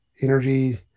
energy